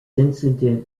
incident